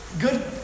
good